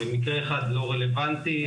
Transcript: מקרה אחד לא רלוונטי,